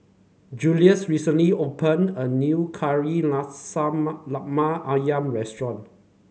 Jules recently opened a new Kari Lemak ayam restaurant